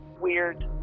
weird